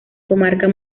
comarca